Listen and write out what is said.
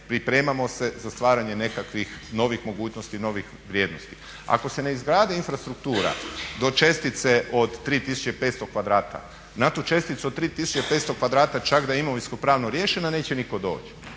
pripremamo se za stvaranje nekakvih novih mogućnosti, novih vrijednosti. Ako se ne izgradi infrastruktura do čestice od 3500 kvadrata, na tu česticu od 3500 kvadrata čak da je imovinsko-pravno riješena neće nitko doći,